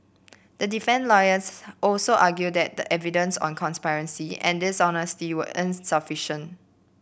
the lawyers also argued that the evidence on conspiracy and dishonesty were insufficient